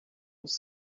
muss